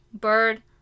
bird